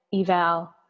eval